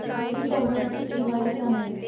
ई commerce की सीमाएं क्या हैं?